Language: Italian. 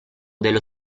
dello